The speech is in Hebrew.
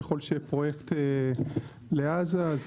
ככל שפרויקט לעזה,